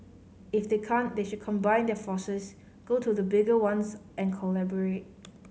if they can't they should combine their forces go to the bigger ones and collaborate